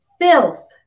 filth